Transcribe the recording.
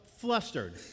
flustered